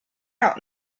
out